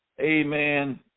amen